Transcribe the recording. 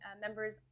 members